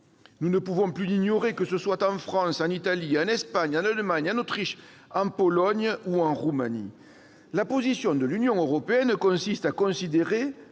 Nous ne pouvons plus l'ignorer, que ce soit en France, en Italie, en Espagne, en Allemagne, en Autriche, en Pologne ou en Roumanie ! La position de l'Union européenne consiste à considérer